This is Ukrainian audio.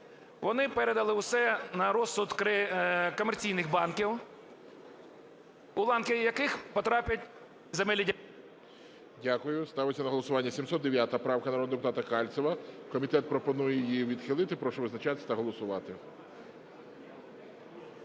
Вони передали усе на розсуд комерційних банків, у ланки яких потраплять земельні… ГОЛОВУЮЧИЙ. Дякую. Ставиться на голосування 709 правка народного депутата Кальцева. Комітет пропонує її відхилити. Прошу визначатись та голосувати.